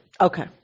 Okay